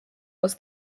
was